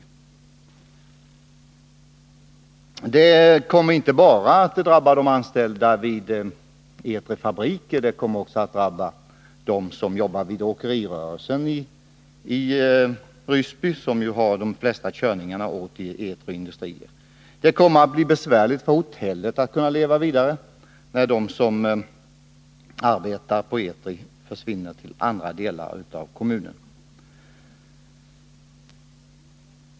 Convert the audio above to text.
En nedläggning kommer inte bara att drabba de anställda vid Etrifabriken, utan också dem som arbetar inom åkerirörelsen i Ryssby, vilken har hand om de flesta körningarna åt Etri, Det kommer också att bli besvärligt för hotellet på orten att leva vidare, när de som arbetar på Etri försvinner till andra delar av kommunen.